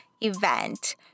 event